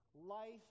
life